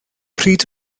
pryd